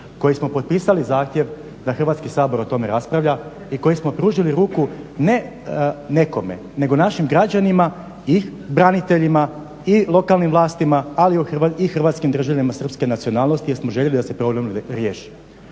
koji smo potpisali zahtjev da Hrvatski sabor o tome raspravlja i koji smo pružili ruku ne nekome nego našim građanima i braniteljima i lokalnim vlastima ali i Hrvatskim državljanima srpske nacionalnosti jer smo željeli da se problem riješi.